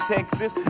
Texas